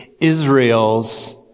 Israel's